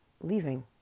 leaving